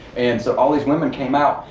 and so all these women came out,